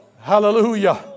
Hallelujah